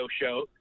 show